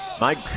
Mike